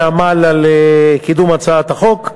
שעמל על קידום הצעת החוק.